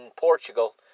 Portugal